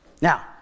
Now